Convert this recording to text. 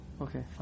Okay